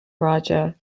raja